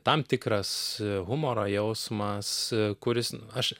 tam tikras humoro jausmas kuris aš